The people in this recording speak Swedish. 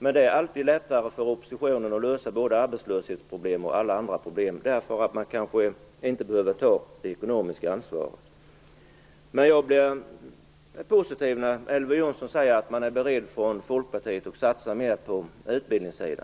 Det är alltid lättare för oppositionen att lösa arbetslöshetsproblem och alla andra problem, eftersom man inte behöver ta det ekonomiska ansvaret. Det är positivt att höra att Elver Jonsson säger att man inom Folkpartiet är beredd att satsa mer på utbildning.